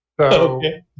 Okay